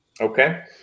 Okay